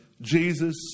Jesus